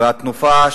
והתנופה,